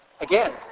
again